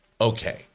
okay